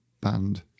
band